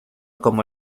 como